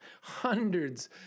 hundreds